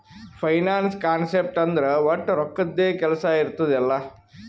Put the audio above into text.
finance concept ಅಂದುರ್ ವಟ್ ರೊಕ್ಕದ್ದೇ ಕೆಲ್ಸಾ ಇರ್ತುದ್ ಎಲ್ಲಾ